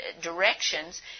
directions